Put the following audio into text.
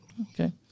Okay